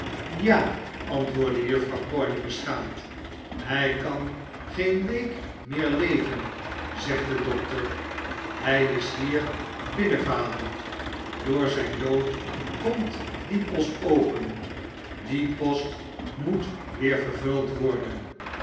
ja antwoordde juffrouw corney beschaamd hij kan geen week meer leven zegt de dokter hij is hier binnen vader door zijn dood komt die post open die post moet weer vervuld worden